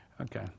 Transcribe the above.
Okay